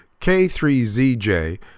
K3ZJ